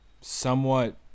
somewhat